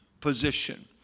position